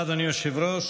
ברשות יושב-ראש